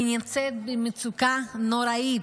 נמצאת במצוקה נוראית.